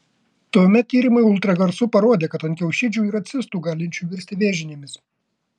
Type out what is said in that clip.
tuomet tyrimai ultragarsu parodė kad ant kiaušidžių yra cistų galinčių virsti vėžinėmis